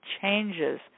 changes